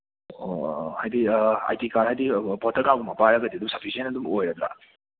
ꯑꯣ ꯑꯣ ꯍꯥꯏꯗꯤ ꯑꯥꯏ ꯗꯤ ꯀꯥꯔꯠ ꯍꯥꯏꯗꯤ ꯚꯣꯇꯔ ꯀꯥꯔꯠꯒꯨꯝꯕ ꯄꯥꯏꯔꯒꯗꯤ ꯑꯗꯨ ꯁꯐꯤꯁꯦꯟ ꯑꯗꯨꯝ ꯑꯣꯏꯔꯗ꯭ꯔꯥ